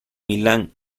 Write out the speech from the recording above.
milán